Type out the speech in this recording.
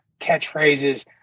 catchphrases